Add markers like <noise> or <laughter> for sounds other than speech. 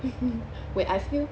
<laughs> wait I feel